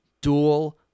dual